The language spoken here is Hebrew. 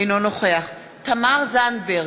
אינו נוכח תמר זנדברג,